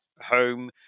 home